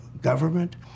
government